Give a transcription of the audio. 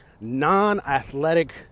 non-athletic